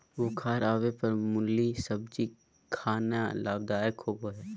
बुखार आवय पर मुली सब्जी खाना लाभदायक होबय हइ